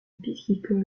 piscicole